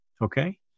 Okay